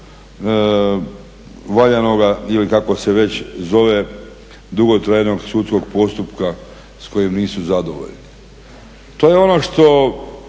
nepravovaljanoga ili kako se već zove dugotrajnog sudskog postupka s kojim nisu zadovoljni. To je ono što